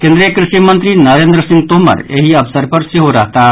केन्द्रीय कृषि मंत्री नरेन्द्र सिंह तोमर एहि अवसर पर सेहो रहताह